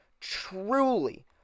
truly